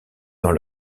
dans